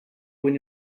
when